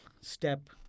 step